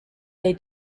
they